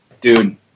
dude